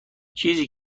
چیزی